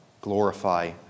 glorify